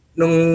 nung